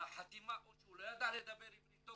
והחתימה או שהוא לא ידע לדבר עברית טוב,